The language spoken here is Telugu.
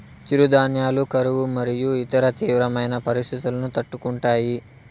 చిరుధాన్యాలు కరువు మరియు ఇతర తీవ్రమైన పరిస్తితులను తట్టుకుంటాయి